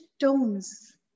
tones